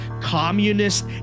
communist